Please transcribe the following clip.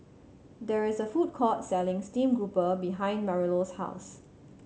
there is a food court selling stream grouper behind Marilou's house